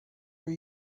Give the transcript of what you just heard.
were